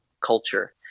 culture